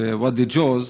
בוואדי ג'וז,